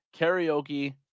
karaoke